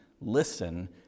Listen